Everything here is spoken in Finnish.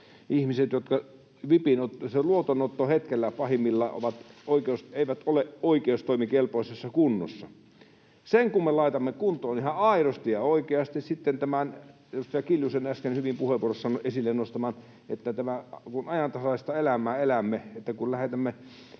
ihmisille, jotka luotonottohetkellä pahimmillaan eivät ole oikeustoimikelpoisessa kunnossa. Sen kun me laittaisimme kuntoon ihan aidosti ja oikeasti. Sitten tämä edustaja Kiljusen äsken hyvin puheenvuorossaan esille nostama: Kun ajantasaista elämää elämme, eli kun lähetämme